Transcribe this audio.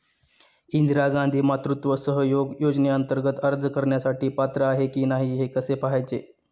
इंदिरा गांधी मातृत्व सहयोग योजनेअंतर्गत अर्ज करण्यासाठी पात्र आहे की नाही हे कसे पाहायचे?